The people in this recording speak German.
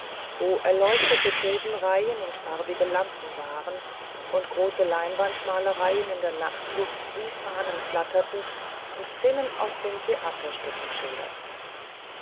wo erleuchtete budenreihen und farbige lampen waren und große leinwandmalereien in der nachtluft wie fahnen flatterten und szenen aus den theaterstücken schilderten